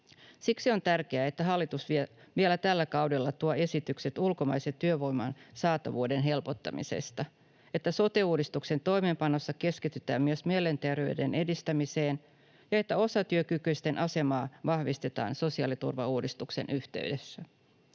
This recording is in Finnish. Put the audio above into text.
Siksi on tärkeää, että hallitus vielä tällä kaudella tuo esitykset ulkomaisen työvoiman saatavuuden helpottamisesta, että sote-uudistuksen toimeenpanossa keskitytään myös mielenterveyden edistämiseen ja että osatyökykyisten asemaa vahvistetaan sosiaaliturvauudistuksen yhteydessä.